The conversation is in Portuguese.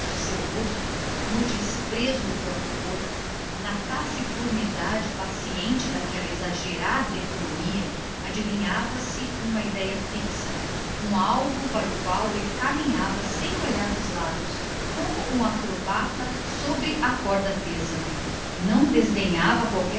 do rosto no desprezo do próprio corpo na taciturnidade paciente daquela exagerada economia adivinhava se lhe uma idéia fixa um alvo para o qual caminhava o acrobata sem olhar dos lados preocupado nem que se equilibrasse sobre um corda tesa não desdenhava